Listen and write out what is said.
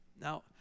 Now